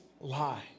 lie